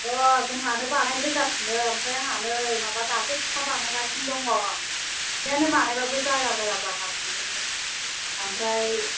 र' जोंहानो बानायग्रोगासिनो आमफ्राय आंहा नै माबा दासो फिथा बानायगासिनो दङ फिथायानो बानायब्लाबो जाया जाया जागासिनो आमफ्राय